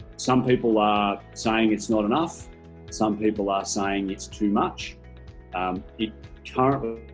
some people are saying it's not enough some people are saying it's too much it currently